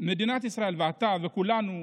מדינת ישראל ואתה וכולנו,